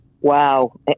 Wow